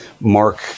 mark